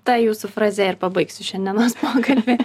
ta jūsų fraze ir pabaigsiu šiandienos pokalbį